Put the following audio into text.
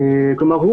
כלומר,